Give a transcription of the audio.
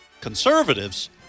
conservatives